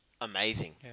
amazing